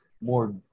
more